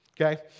Okay